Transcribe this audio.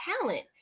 talent